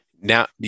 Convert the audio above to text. Now